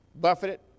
buffeted